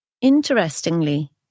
Interestingly